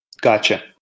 Gotcha